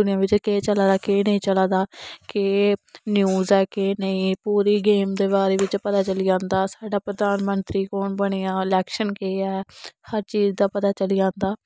दुनिया बिच्च केह् चला दा केह् नेईं चला दा केह् न्यूज ऐ केह् नेईं पूरी गेम दे बारे च पता चली जंदा साढ़ा प्रधानमंत्री कोन बनेआ लैक्शन केह् ऐ हर चीज दा पता चली जंदा